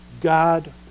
god